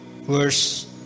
verse